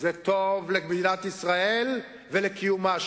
זה טוב למדינת ישראל ולקיומה,